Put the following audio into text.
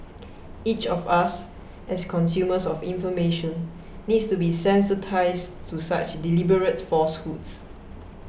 each of us as consumers of information needs to be sensitised to such deliberate falsehoods